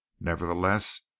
Nevertheless